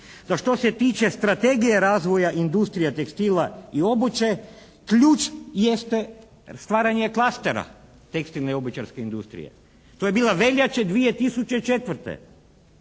da što se tiče strategije razvoja industrije tekstila i obuće ključ jeste stvaranje klastera tekstilne i obućarske industrije. To je bila veljače 2004.